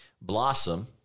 Blossom